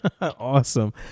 awesome